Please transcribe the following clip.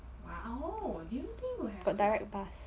got direct bus